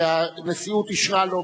והנשיאות אישרה לו,